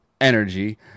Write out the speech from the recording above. energy